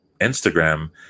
instagram